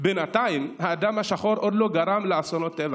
בינתיים האדם השחור עוד לא גרם לאסונות טבע,